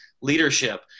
leadership